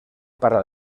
para